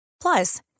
Plus